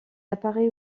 apparaît